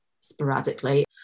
sporadically